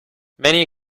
many